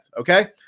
okay